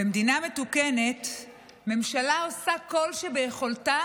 במדינה מתוקנת ממשלה עושה כל שביכולתה